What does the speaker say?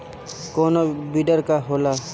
कोनो बिडर का होला?